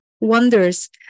wonders